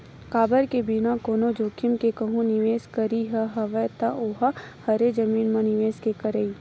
काबर के बिना कोनो जोखिम के कहूँ निवेस करई ह हवय ता ओहा हरे जमीन म निवेस के करई